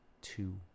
two